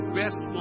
best